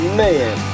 man